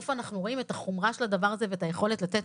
איפה אנחנו רואים את החומרה של הדבר הזה ואת היכולת לתת